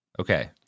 Okay